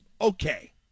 okay